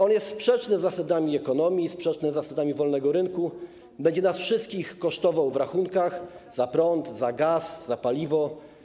On jest sprzeczny z zasadami ekonomii, sprzeczny z zasadami wolnego rynku, będzie nas wszystkich kosztował w rachunkach za prąd, za gaz, za paliwo.